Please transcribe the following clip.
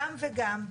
גם וגם,